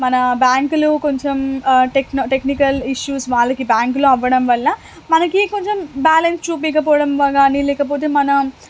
మన బ్యాంకులు కొంచెం టెక్ టెక్నికల్ ఇష్యూస్ వాళ్ళకి బ్యాంకులో అవ్వడం వల్ల మనకి కొంచెం బ్యాలెన్స్ చూపీకపోవడం గానీ లేకపోతే మన